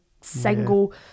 single